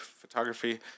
photography